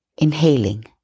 Inhaling